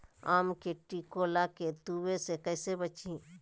आम के टिकोला के तुवे से कैसे बचाई?